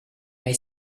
may